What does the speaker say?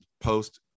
post